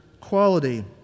quality